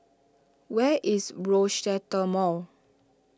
where is Rochester Mall